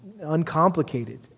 uncomplicated